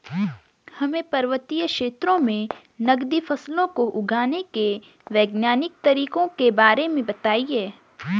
हमें पर्वतीय क्षेत्रों में नगदी फसलों को उगाने के वैज्ञानिक तरीकों के बारे में बताइये?